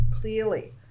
clearly